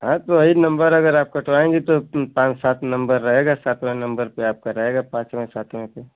हाँ तो वही नंबर अगर आप कटवाएंगी तो पान सात नंबर रहेगा सातवें नंबर पर आपका रहेगा पाँचवे सातवें पर